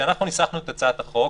כשאנחנו ניסחנו את הצעת החוק,